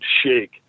shake